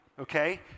Okay